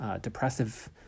depressive